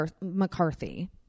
McCarthy